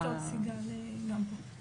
סליחה גם על העיכוב של הדיון.